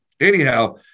anyhow